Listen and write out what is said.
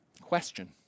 Question